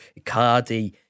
Icardi